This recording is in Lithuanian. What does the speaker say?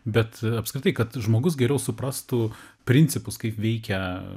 bet apskritai kad žmogus geriau suprastų principus kaip veikia